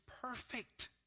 perfect